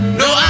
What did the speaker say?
no